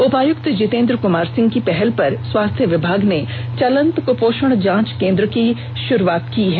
उपायुक्त जितेंद्र कुमार सिंह के पहल पर स्वास्थ्य विभाग ने चलंत कुपोषण जांच केंद्र की शुरुआत की है